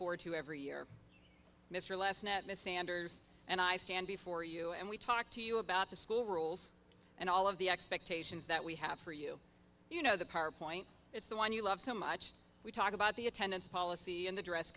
forward to every year mr les net miss sanders and i stand before you and we talk to you about the school rules and all of the expectations that we have for you you know the power point it's the one you love so much we talk about the attendance policy and the dress